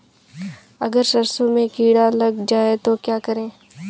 अगर सरसों में कीड़ा लग जाए तो क्या करें?